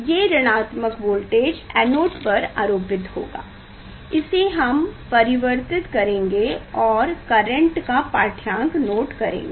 ये ऋणात्मक voltage anode पर आरोपित होगा इसे हम परिवर्तित करेंगें और करेंट का पाढ्यांक नोट करेंगे